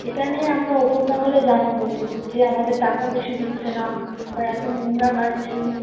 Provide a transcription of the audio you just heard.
এটা নিয়ে আমরা ওপর মহলে জানাবো যে আমাদের টাকা বেশি দিচ্ছে না আমরা এত নোংরা ঘাঁটছি